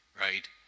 right